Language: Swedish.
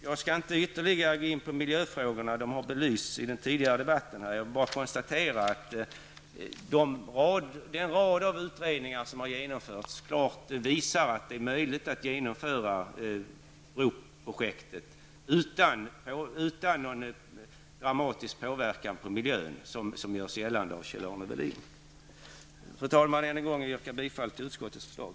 Jag skall inte ytterligare gå in på miljöfrågorna. De har belysts i den tidigare debatten. Den rad av utredningar som har genomförts visar klart att det är möjligt att genomföra broprojektet utan någon dramatisk påverkan på miljön på det sätt som görs gällande av Fru talman! Jag yrkar än en gång bifall till utskottets förslag.